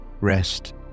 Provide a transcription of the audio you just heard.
Rest